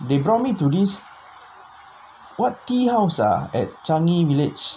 they brought me to this what key house ah at changi village